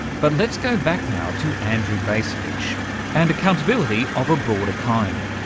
but let's go back now to andrew bacevich and accountability of a broader kind,